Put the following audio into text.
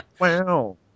Wow